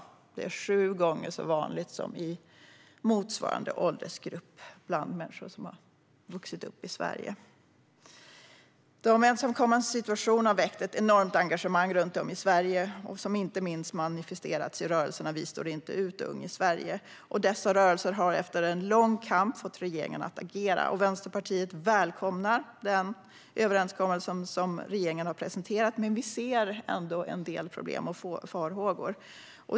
Självmord är alltså sju gånger så vanligt i denna grupp som i motsvarande åldersgrupp som har vuxit upp i Sverige. De ensamkommandes situation har väckt ett enormt engagemang runt om i Sverige som inte minst manifesterats i rörelserna Vi står inte ut och Ung i Sverige. Dessa rörelser har efter en lång kamp fått regeringen att agera. Vänsterpartiet välkomnar den överenskommelse som regeringen har presenterat, men vi ser ändå en del problem och vissa farhågor.